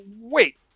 wait